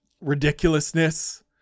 ridiculousness